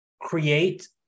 create